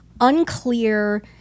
unclear